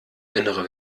innere